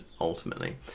ultimately